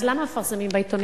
אז למה מפרסמים בעיתונים?